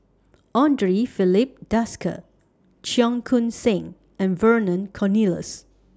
Andre Filipe Desker Cheong Koon Seng and Vernon Cornelius